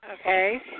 Okay